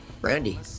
Brandy